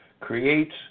creates